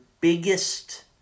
biggest